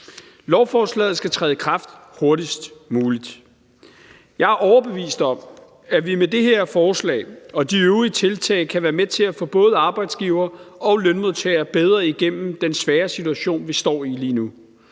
Lovforslaget skal træde i kraft hurtigst muligt. Jeg er overbevist om, at vi med det her forslag og de øvrige tiltag kan være med til at få både arbejdsgivere og lønmodtagere bedre igennem den svære situation, vi står i lige nu.